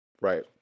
Right